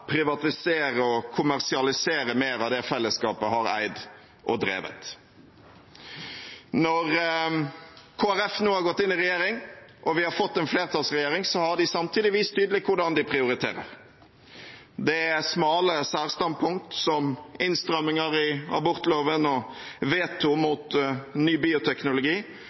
privatisere og kommersialisere mer av det fellesskapet har eid og drevet. Når Kristelig Folkeparti nå har gått inn i regjering og vi har fått en flertallsregjering, har de samtidig vist tydelig hvordan de prioriterer. Det er smale særstandpunkt, som innstramninger i abortloven og veto mot ny bioteknologi,